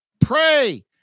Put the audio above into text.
pray